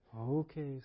okay